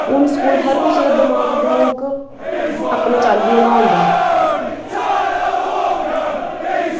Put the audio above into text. हून स्कूल हर कुसै हा दमाक दमूक अपने चाल्लियें दा होंदा